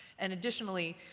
and additionally,